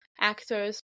actors